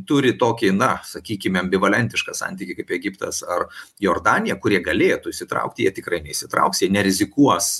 turi tokį na sakykim ambivalentišką santykį kaip egiptas ar jordanija kurie galėtų įsitraukti jie tikrai nesitrauks jie nerizikuos